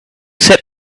set